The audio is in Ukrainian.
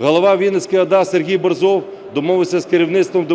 Голова Вінницької ОДА Сергій Борзов домовився з керівництвом